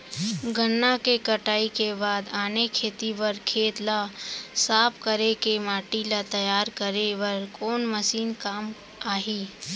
गन्ना के कटाई के बाद आने खेती बर खेत ला साफ कर के माटी ला तैयार करे बर कोन मशीन काम आही?